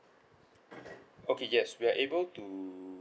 okay yes we are able to